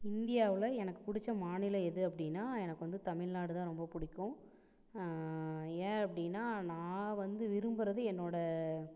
இந்தியாவில் எனக்கு பிடிச்ச மாநிலம் எது அப்படினா எனக்கு வந்து தமிழ்நாடு தான் ரொம்ப பிடிக்கும் ஏன் அப்படினா நான் வந்து விரும்புறது என்னோட